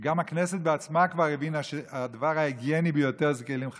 גם הכנסת בעצמה כבר הבינה שהדבר ההגייני ביותר זה כלים חד-פעמיים,